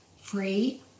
free